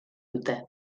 dute